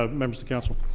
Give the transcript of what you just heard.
um members of council,